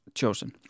chosen